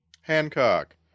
Hancock